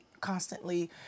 constantly